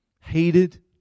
hated